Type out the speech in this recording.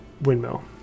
windmill